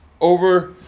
over